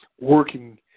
working